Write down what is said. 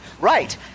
Right